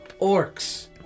orcs